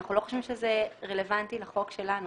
אנחנו לא חושבים שזה רלוונטי לחוק שלנו.